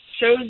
shows